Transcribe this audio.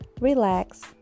relax